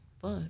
Fuck